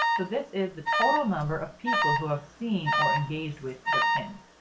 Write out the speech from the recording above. so this is the total number of people who have seen or engaged with their pins.